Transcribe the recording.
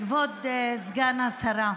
כבוד סגן השרה,